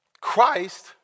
Christ